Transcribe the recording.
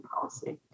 policy